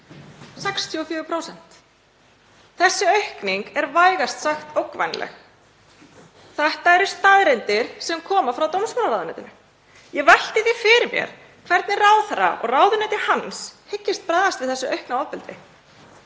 64%. Þessi aukning er vægast sagt ógnvænleg. Þetta eru staðreyndir sem koma frá dómsmálaráðuneytinu. Ég velti því fyrir mér hvernig ráðherra og ráðuneyti hans hyggist bregðast við þessu aukna ofbeldi.